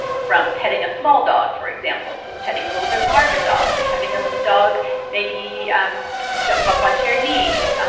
from petting a small dog, for example, to petting a little bit larger dog, to having a dog maybe um jump up onto your knees,